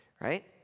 right